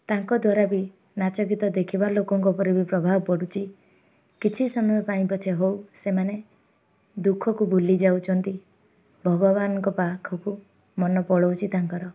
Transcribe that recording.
ତାଙ୍କ ଦ୍ୱାରା ବି ନାଚ ଗୀତ ଦେଖିବା ଲୋକଙ୍କ ଉପରେ ବି ପ୍ରଭାବ ପଡ଼ୁଛି କିଛି ସମୟ ପାଇଁ ପଛେ ହଉ ସେମାନେ ଦୁଃଖକୁ ବୁଲି ଯାଉଛନ୍ତି ଭଗବାନଙ୍କ ପାଖକୁ ମନ ପଳାଉଛି ତାଙ୍କର